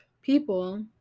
people